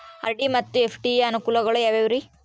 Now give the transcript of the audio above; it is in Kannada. ಆರ್.ಡಿ ಮತ್ತು ಎಫ್.ಡಿ ಯ ಅನುಕೂಲಗಳು ಯಾವ್ಯಾವುರಿ?